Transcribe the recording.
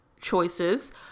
choices